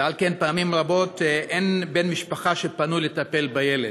ועל כן פעמים רבות אין בן משפחה שפנוי לטפל בילד.